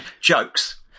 jokes